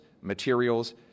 materials